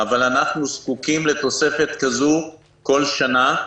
אבל אנחנו זקוקים לתוספת כזו מידי שנה,